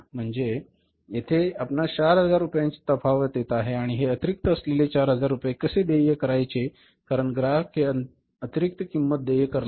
म्हणजे येथे आपणास ४००० रुपयांची तफावत येत आहे आणि हे अतिरिक्त असलेले 4000 रुपये कसे देय करायचे कारण ग्राहक हि अतिरिक्त किंमत देय करणार नाही